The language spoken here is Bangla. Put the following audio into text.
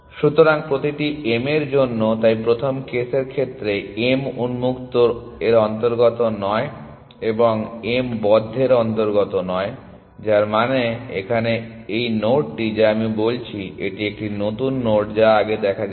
সুতরাং প্রতিটি M এর জন্য তাই প্রথম কেসের ক্ষেত্রে m উন্মুক্ত এর অন্তর্গত নয় এবং m বদ্ধের অন্তর্গত নয় যার মানে এখানে এই নোডটি যা আমি বলছি এটি একটি নতুন নোড যা আগে দেখা যায়নি